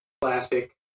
classic